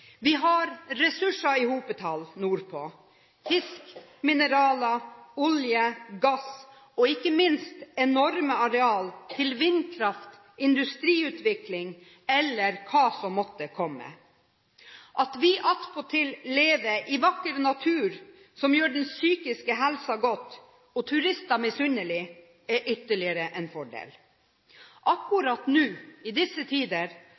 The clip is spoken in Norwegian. Vi har ressurser i hopetall nordpå: fisk, mineraler, olje, gass og ikke minst enorme areal til vindkraft, industriutvikling, eller hva som måtte komme. At vi attpåtil lever i vakker natur som gjør den psykiske helsen godt og turister misunnelige, er ytterligere en fordel. Akkurat nå i disse tider